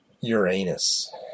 Uranus